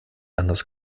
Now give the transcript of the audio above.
anders